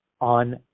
on